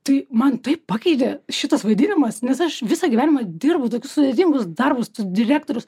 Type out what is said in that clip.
tai man taip pakeitė šitas vaidinimas nes aš visą gyvenimą dirbau tokius sudėtingus darbus direktorius